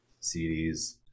CDs